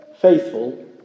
Faithful